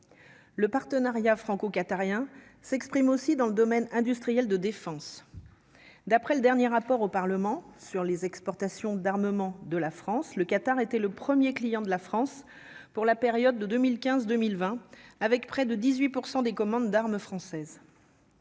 le partenariat franco-qatarien s'exprime aussi dans le domaine industriel de défense, d'après le dernier rapport au Parlement sur les exportations d'armement de la France, le Qatar était le 1er client de la France pour la période de 2015, 2020 avec près de 18 pour 100 des commandes d'armes françaises